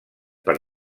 per